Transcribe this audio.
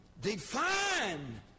define